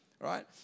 right